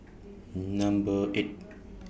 Number eight